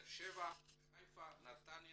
באר שבע, חיפה, נתניה,